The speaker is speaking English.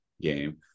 game